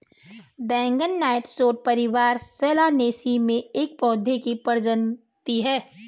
बैंगन नाइटशेड परिवार सोलानेसी में एक पौधे की प्रजाति है